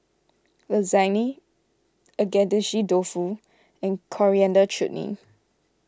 Lasagne Agedashi Dofu and Coriander Chutney